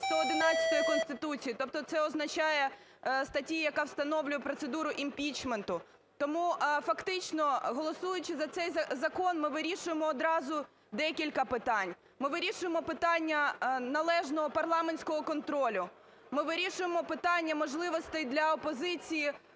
111 Конституції. Тобто це означає… статті, яка встановлює процедуру імпічменту. Тому фактично, голосуючи за цей закон, ми вирішуємо одразу декілька питань. Ми вирішуємо питання належного парламентського контролю. Ми вирішуємо питання можливостей для опозиції